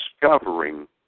discovering